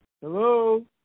Hello